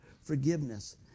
forgiveness